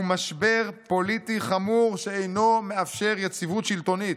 הוא משבר פוליטי חמור שאינו מאפשר יציבות שלטונית.